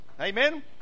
amen